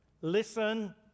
Listen